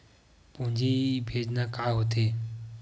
पूंजी भेजना का होथे?